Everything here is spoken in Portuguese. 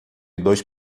dois